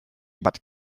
but